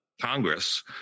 Congress